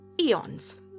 eons